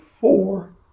four